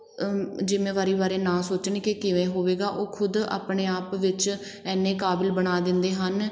ਜਿੰਮੇਵਾਰੀ ਬਾਰੇ ਨਾ ਸੋਚਣ ਕਿ ਕਿਵੇਂ ਹੋਵੇਗਾ ਉਹ ਖੁਦ ਆਪਣੇ ਆਪ ਵਿੱਚ ਇੰਨੇ ਕਾਬਲ ਬਣਾ ਦਿੰਦੇ ਹਨ